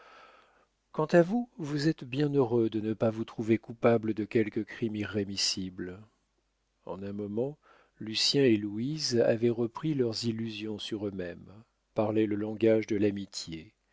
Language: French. quant à vous vous êtes bienheureux de ne pas vous trouver coupable de quelque crime irrémissible en un moment lucien et louise avaient repris leurs illusions sur eux-mêmes parlaient le langage de l'amitié